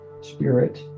spirit